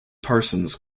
parsons